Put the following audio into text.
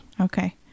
Okay